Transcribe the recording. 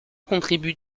contribue